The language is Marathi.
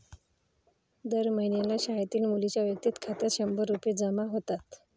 दर महिन्याला शाळेतील मुलींच्या वैयक्तिक खात्यात शंभर रुपये जमा होतात